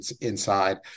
inside